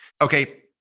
Okay